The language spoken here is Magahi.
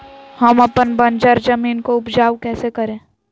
हम अपन बंजर जमीन को उपजाउ कैसे करे?